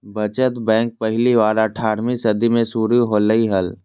बचत बैंक पहली बार अट्ठारहवीं सदी में शुरू होले हल